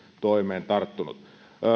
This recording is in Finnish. toimeen tarttunut